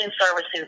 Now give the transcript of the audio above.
services